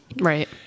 Right